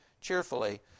cheerfully